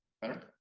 Better